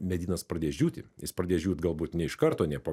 medynas pradės džiūti jis pradės džiūt galbūt ne iš karto ne po